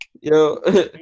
Yo